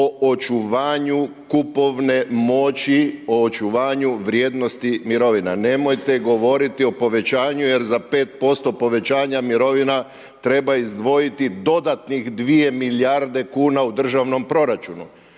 o očuvanju kupovne moći, o očuvanju vrijednosti mirovina. Nemojte govoriti o povećanju jer za 5% povećanja mirovina, treba izdvojiti dodatnih 2 milijarde kn u državnom proračunu.